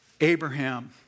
Abraham